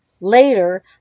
later